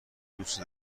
دوستت